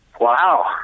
Wow